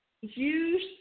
use